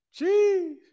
Jeez